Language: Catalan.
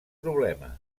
problema